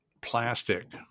plastic